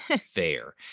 fair